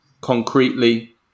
concretely